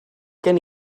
gen